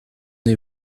est